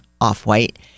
off-white